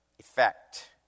Effect